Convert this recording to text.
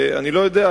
אני לא יודע,